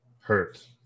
hurt